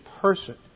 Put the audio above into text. person